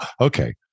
Okay